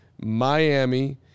Miami